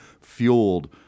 fueled